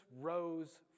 rose